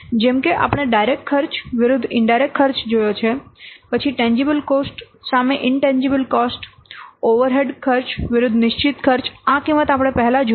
જેમ કે આપણે ડાઇરેક્ટ ખર્ચ વિરુદ્ધ ઈનડાઇરેક્ટ ખર્ચ જોયો છે પછી ટેન્જીબલ કોસ્ટ સામે ઈનટેન્જીબલ કોસ્ટ ઓવરહેડ ખર્ચ વિરુદ્ધ નિશ્ચિત ખર્ચ આ કિંમત આપણે પહેલા જોઈ છે